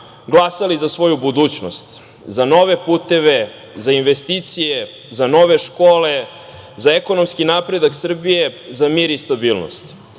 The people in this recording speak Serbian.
glasali za svoju budućnost, za nove puteve, za investicije, za nove škole, za ekonomski napredak Srbije, za mir i stabilnost. Mi